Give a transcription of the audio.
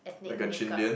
ethnic make-up